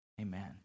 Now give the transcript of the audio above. Amen